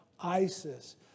ISIS